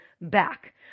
back